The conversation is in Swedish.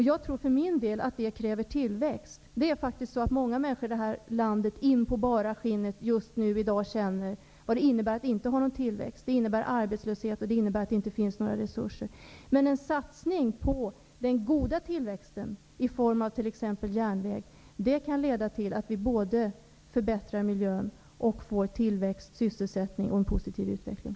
Jag tror att detta kräver tillväxt. Många människor i det här landet känner ända in på bara skinnet vad det innebär att det inte finns någon tillväxt i dag. Det innebär arbetslöshet och att det inte finns några resurser. Men en satsning på den goda tillväxten, t.ex. järnväg, kan leda till både att miljön förbättras och att det skapas tillväxt med sysselsättning och en positiv utveckling.